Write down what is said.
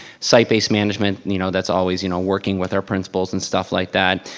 site based management. you know that's always you know working with our principals and stuff like that.